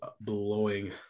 blowing